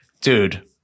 dude